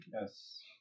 Yes